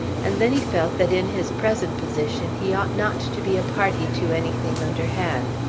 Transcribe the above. and then he felt that in his present position he ought not to be a party to anything underhand.